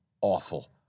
awful